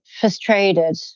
frustrated